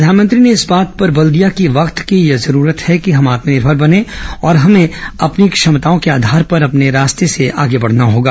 प्रधानमंत्री ने इस बात पर बल दिया कि वक्त की यह जरूरत है कि हम आत्मनिर्भर बने और हमें अपनी क्षमताओं के आधार पर अपने रास्ते से आगे बढ़ना होगा